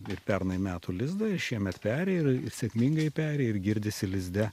ir pernai metų lizdą ir šiemet peri ir sėkmingai peri ir girdisi lizde